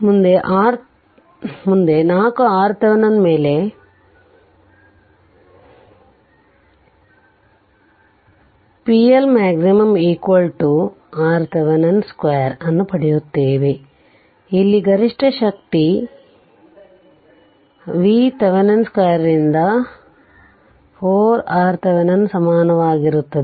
ಮುಂದೆ 4 RThevenin ಮೇಲೆ pLmax VThevenin 2 ಅನ್ನು ಪಡೆಯುತ್ತದೆ ಇಲ್ಲಿ ಗರಿಷ್ಠ ಶಕ್ತಿ S VThevenin2 ರಿಂದ 4 RThevenin ಸಮಾನವಾಗಿರುತ್ತದೆ